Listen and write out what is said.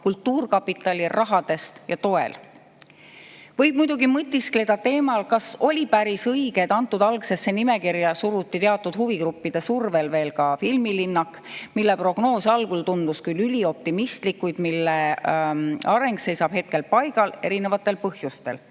kultuurkapitali raha eest ja toel. Võib muidugi mõtiskleda teemal, kas oli päris õige, et algsesse nimekirja suruti teatud huvigruppide survel veel filmilinnak, mille prognoos algul tundus küll ülioptimistlik, kuid mille areng seisab hetkel paigal, erinevatel põhjustel.